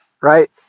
right